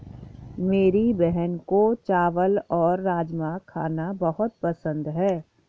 मेरी बहन को चावल और राजमा खाना बहुत पसंद है